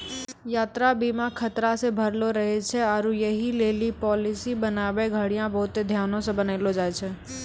यात्रा बीमा खतरा से भरलो रहै छै आरु यहि लेली पालिसी बनाबै घड़ियां बहुते ध्यानो से बनैलो जाय छै